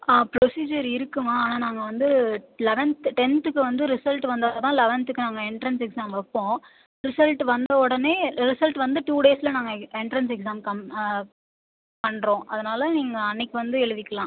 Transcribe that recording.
ஆ procedure இருக்குதும்மா ஆனால் நாங்கள் வந்து லெவன்த்து டென்த்துக்கு வந்து ரிசல்ட் வந்தால் தான் லெவன்த்துக்கு நாங்கள் எண்ட்ரன்ஸ் எக்ஸாம் வைப்போம் ரிசல்ட் வந்த உடனே ரிசல்ட் வந்து டூ டேஸில் நாங்கள் எண்ட்ரன்ஸ் எக்ஸாம் கம் பண்ணுறோம் அதனால் நீங்கள் அன்னைக்கு வந்து எழுதிக்கலாம்